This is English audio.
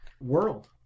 world